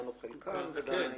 "כולן או חלקן" ושאר העניינים.